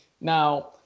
Now